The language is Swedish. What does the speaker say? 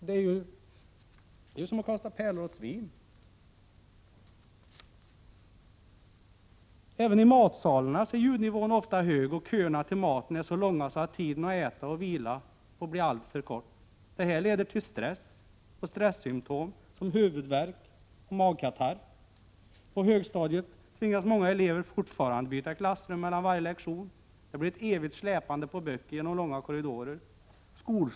Det är som att kasta pärlor för svin. Även i matsalarna är ljudnivån ofta hög. Köerna till maten är så långa att tiden för att äta och vila blir alltför kort. Detta leder till stress och stressymptom som huvudvärk och magkatarr. På högstadiet tvingas många elever fortfarande byta klassrum mellan varje lektion. Det blir ett evigt släpande på böcker genom långa korridorer.